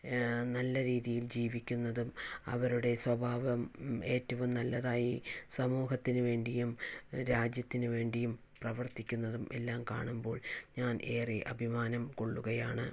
നല്ല രീതിയിൽ ജീവിക്കുന്നതും അവരുടെ സ്വഭാവം ഏറ്റവും നല്ലതായി സമൂഹത്തിനു വേണ്ടിയും രാജ്യത്തിന് വേണ്ടിയും പ്രവർത്തിക്കുന്നതും എല്ലാം കാണുമ്പോൾ ഞാൻ ഏറെ അഭിമാനം കൊള്ളുകയാണ്